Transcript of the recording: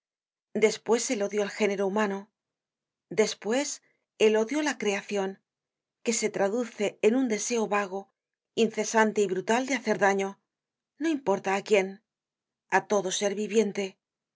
sociedad despues el odio al género humano despues el odio á la creacion que se traduce por un deseo vago incesante y brutal de hacer daño no importa á quién á todo ser viviente no